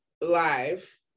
live